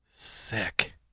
Sick